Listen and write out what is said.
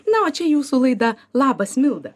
na o čia jūsų laida labas milda